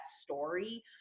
story